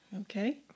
Okay